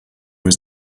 was